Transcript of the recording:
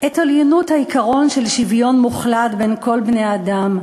את עליונות העיקרון של שוויון מוחלט בין כל בני-האדם,